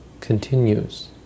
continues